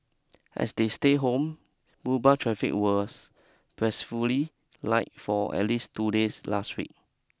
as they stay home Mumbai traffic was blissfully light for at least two days last week